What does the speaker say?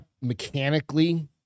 mechanically